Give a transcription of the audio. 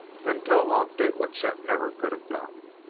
then towahg did what chet never could have done.